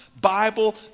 Bible